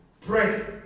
Pray